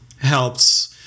helps